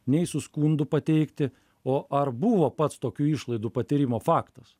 nei su skundu pateikti o ar buvo pats tokių išlaidų patyrimo faktas